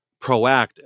proactive